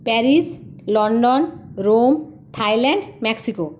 Paris London Rome Thailand Mexico